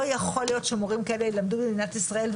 לא יכול להיות שמורים כאלה ילמדו במדינת ישראל.